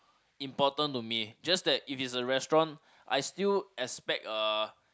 important to me just that if it's a restaurant I still expect a